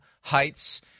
Heights